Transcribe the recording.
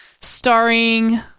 starring